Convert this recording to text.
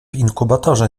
inkubatorze